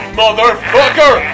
motherfucker